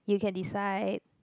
you can decide